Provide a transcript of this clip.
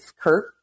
Kirk